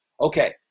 Okay